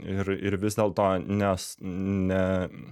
ir ir vis dėl to nes ne